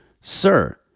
sir